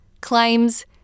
claims